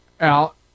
out